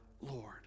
Lord